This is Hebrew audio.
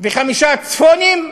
חמישה צפונים,